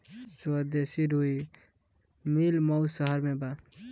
स्वदेशी रुई मिल मऊ शहर में बा